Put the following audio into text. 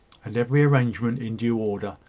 and every arrangement in due order.